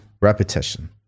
repetition